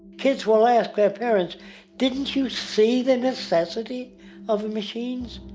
kids will ask their parents didn't you see the necessity of the machines?